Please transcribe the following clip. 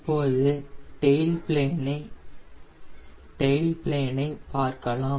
இப்போது டைல் பிளேனை பார்க்கலாம்